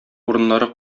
урыннары